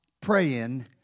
praying